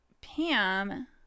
Pam